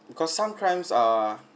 cause some crimes are